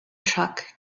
truck